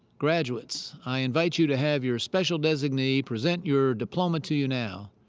graduates, i invite you to have your special designee present your diploma to you now.